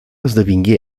esdevingué